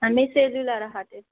आम्ही सेलूला राहतो